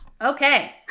Okay